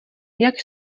jak